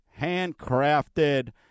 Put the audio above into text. handcrafted